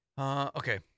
Okay